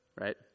Right